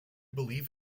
believe